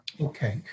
Okay